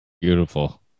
Beautiful